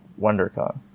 WonderCon